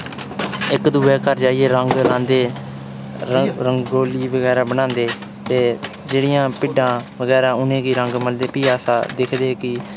इक दुए दे घर जाइयै रंग लांदे रंगोली बगैरा बनांदे ते जेह्डियां भिड्डां बगैरा उ'नेंगी रंग मलदे फ्ही अस आ दिखदे कि